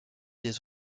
des